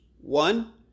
One